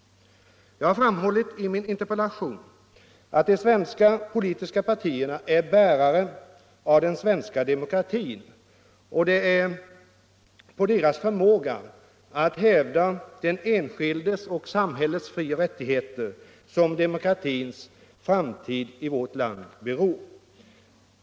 Jag har i min interpellation framhållit att de svenska politiska partierna är bärare av den svenska demokratin. Det är på partiernas förmåga att hävda den enskildes och samhällets frioch rättigheter som demokratins framtid i vårt land beror.